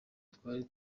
twari